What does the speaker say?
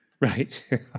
Right